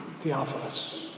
Theophilus